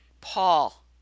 Paul